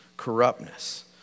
corruptness